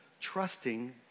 Trusting